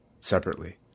separately